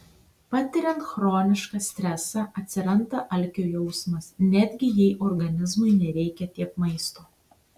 patiriant chronišką stresą atsiranda alkio jausmas netgi jei organizmui nereikia tiek maisto